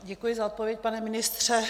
Děkuji za odpověď, pane ministře.